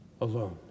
alone